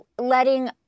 letting